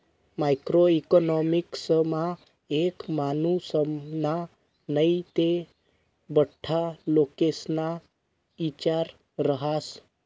macro इकॉनॉमिक्समा एक मानुसना नै ते बठ्ठा लोकेस्ना इचार रहास